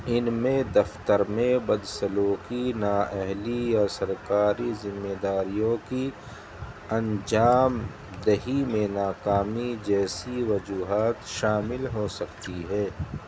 ان میں دفتر میں بدسلوکی نااہلی یا سرکاری ذمہ داریوں کی انجام دہی میں ناکامی جیسی وجوہات شامل ہو سکتی ہے